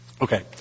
Okay